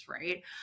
right